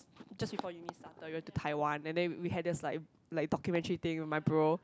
just before uni started we went to Taiwan and then we had this like like documentary thing with my bro